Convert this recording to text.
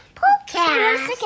podcast